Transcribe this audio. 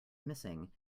missing